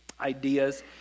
ideas